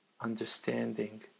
understanding